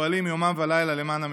שפועלים יומם ולילה למען המדינה,